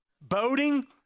boating